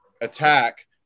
attack